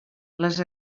les